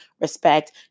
respect